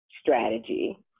strategy